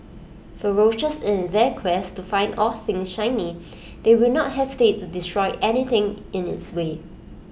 ferocious in their quest to find all things shiny they will not hesitate to destroy anything in its way